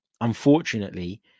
unfortunately